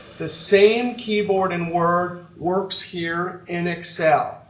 the same keyboard in word works here in excel.